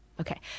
Okay